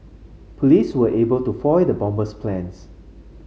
police were able to foil the bomber's plans